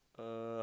uh